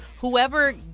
whoever